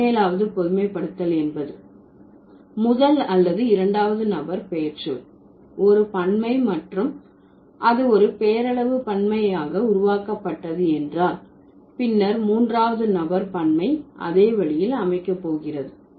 17வது பொதுமைப்படுத்தல் என்பது முதல் அல்லது இரண்டாவது நபர் பெயர்ச்சொல் ஒரு பன்மை மற்றும் அது ஒரு பெயரளவு பன்மை ஆக உருவாக்கப்பட்டது என்றால் பின்னர் மூன்றாவது நபர் பன்மை அதே வழியில் அமைக்க போகிறது